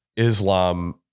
Islam